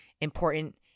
important